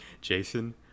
jason